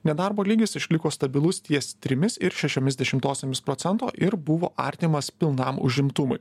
nedarbo lygis išliko stabilus ties trimis ir šešiomis dešimtosiomis procento ir buvo artimas pilnam užimtumui